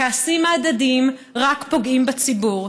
הכעסים ההדדיים רק פוגעים בציבור.